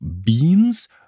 beans